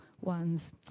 ones